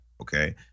okay